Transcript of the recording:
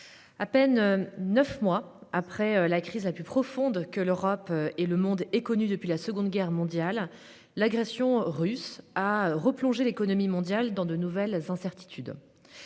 à peine neuf mois après le début de la crise la plus profonde que l'Europe et le monde aient connu depuis la Seconde Guerre mondiale. De fait, l'agression russe a replongé l'économie mondiale dans de nouvelles incertitudes.